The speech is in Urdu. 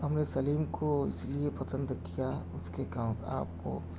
ہم نے سلیم کو اس لئے پسند کیا اس کے کام آپ کو